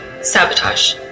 Sabotage